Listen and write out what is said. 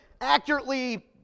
accurately